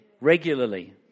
regularly